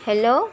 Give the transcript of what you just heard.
hello